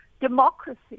democracy